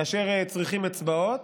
כאשר צריכים אצבעות,